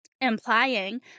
implying